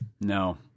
No